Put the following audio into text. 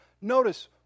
notice